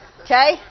Okay